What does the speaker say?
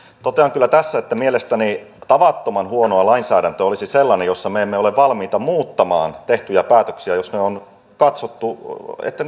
totean kyllä tässä että mielestäni tavattoman huonoa lainsäädäntöä olisi sellainen jossa me emme ole valmiita muuttamaan tehtyjä päätöksiä jos on katsottu että